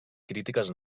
crítiques